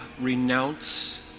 renounce